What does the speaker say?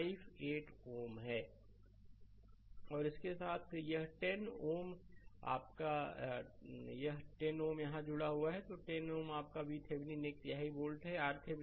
slide समय देखें 2632 और इसके साथ यह 10 Ω आपका यह10 Ω अब यहां जुड़ा हुआ है 10 Ω यह आपका VThevenin एक तिहाई वोल्ट R है